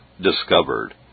discovered